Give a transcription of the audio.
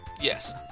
yes